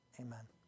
Amen